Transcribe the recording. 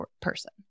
person